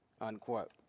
unquote